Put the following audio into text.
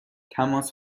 تماس